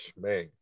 Man